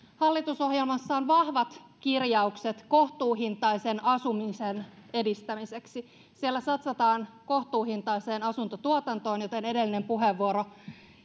hallitusohjelmassa on vahvat kirjaukset kohtuuhintaisen asumisen edistämiseksi siellä satsataan kohtuuhintaiseen asuntotuotantoon joten edellinen puheenvuoro